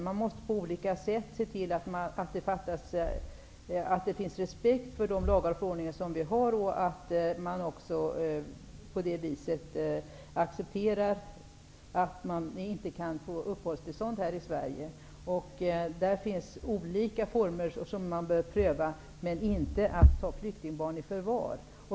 Man måste på olika sätt se till att det finns respekt för de lagar och förordningar vi har och att människor accepterar att de inte kan få uppehållstillstånd i Sverige. Där finns olika former som bör prövas, dock inte att ta flyktingbarn i förvar.